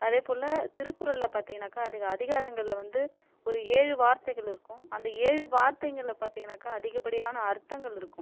அதே போல் திருக்குறளில் பார்த்தீங்கனாக்கா அதி அதிகாரங்களில் வந்து ஒரு ஏழு வார்த்தைகள் இருக்கும் அந்த ஏழு வார்த்தைங்களில் பார்த்தீங்கனாக்கா அதிகப்படியான அர்த்தங்கள் இருக்கும்